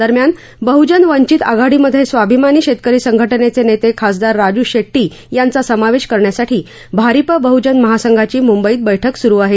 दरम्यान बह्जन वंचित आघाडी मधे स्वाभिमानी शेतकरी संघटनेचे नेते खासदार राजू शेट्टी यांचा समावेश करण्यासाठी भारिप बहजन महासंघाची मुंबईत बैठक सुरू आहे